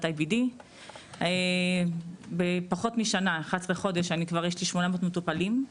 IBD. בפחות משנה 11 חודשים כבר יש לי 800 מטופלים.